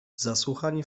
zasłuchani